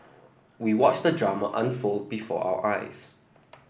we watched the drama unfold before our eyes